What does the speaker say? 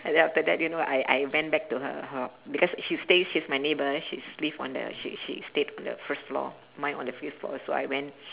and then after that you know I I went back to her her because she stays she's my neighbour she's live on the she she stayed on the first floor mine on the fifth floor so I went